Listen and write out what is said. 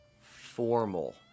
formal